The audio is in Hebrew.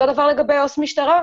אותו דבר לגבי עו"ס משטרה,